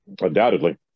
Undoubtedly